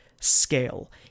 scale